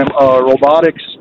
robotics